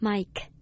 Mike